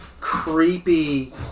creepy